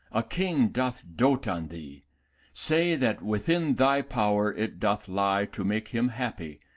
a king doth dote on thee say that within thy power it doth lie to make him happy,